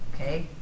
Okay